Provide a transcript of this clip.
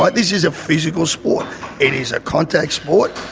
but this is a physical sport it is a contact sport,